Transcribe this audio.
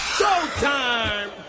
Showtime